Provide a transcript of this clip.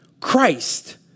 Christ